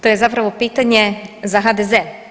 To je zapravo pitanje za HDZ.